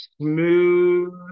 smooth